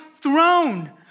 throne